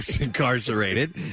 incarcerated